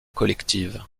collective